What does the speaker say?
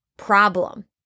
problem